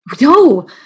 no